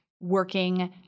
working